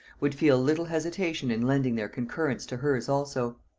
would feel little hesitation in lending their concurrence to hers also.